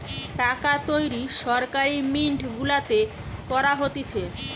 টাকা তৈরী সরকারি মিন্ট গুলাতে করা হতিছে